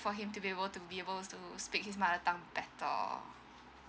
for him to be able to be able so speak his mother tongue better